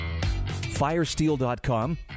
FireSteel.com